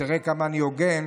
תראה כמה אני הוגן,